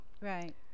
Right